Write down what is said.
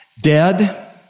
Dead